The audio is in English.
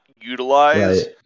utilize